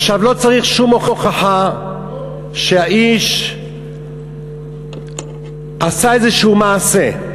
עכשיו, לא צריך שום הוכחה שהאיש עשה איזשהו מעשה.